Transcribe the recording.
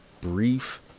brief